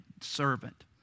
servant